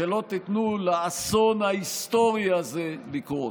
שלא תיתנו לאסון ההיסטורי הזה לקרות.